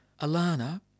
Alana